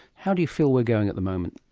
how do you feel we're going at the moment?